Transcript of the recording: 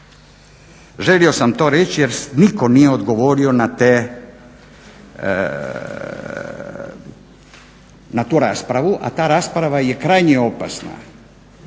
Želio sam to reći jer nitko nije odgovorio na tu raspravu, a ta rasprava je krajnje opasna